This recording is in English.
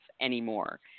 anymore